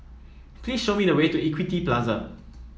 please show me the way to Equity Plaza